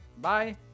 bye